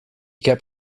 kept